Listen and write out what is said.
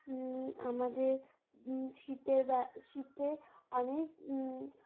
আমাদের শীতের ব শীতে অনেক